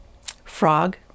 Frog